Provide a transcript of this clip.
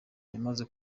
yamaze